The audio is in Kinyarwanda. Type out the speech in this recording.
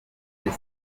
the